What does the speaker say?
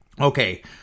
Okay